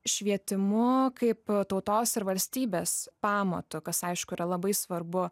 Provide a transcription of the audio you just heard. švietimu kaip tautos ir valstybės pamatu kas aišku yra labai svarbu